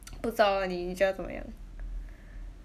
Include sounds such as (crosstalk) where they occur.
(noise) 不知道 lor 你觉得怎么样 (breath)